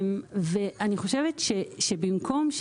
ואני חושבת שבמקום,